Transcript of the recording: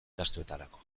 gastuetarako